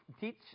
teach